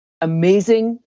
amazing